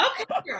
Okay